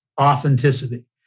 Authenticity